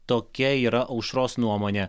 tokia yra aušros nuomonė